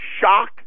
shock